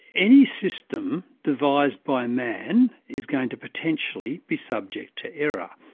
any system devised by man is going to potentially be subject to error,